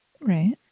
Right